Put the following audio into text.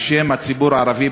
בשם הציבור הערבי,